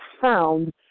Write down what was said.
found